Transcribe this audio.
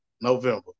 November